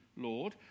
Lord